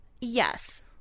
Yes